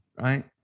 right